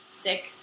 sick